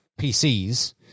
PCs